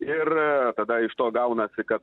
ir tada iš to gaunasi kad